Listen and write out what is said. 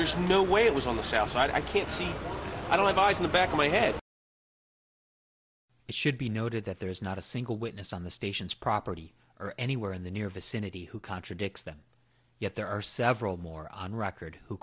there's no way it was on the shelf right i can't see i don't have eyes in the back of my head it should be noted that there is not a single witness on the station's property or anywhere in the near vicinity who contradicts them yet there are several more on record who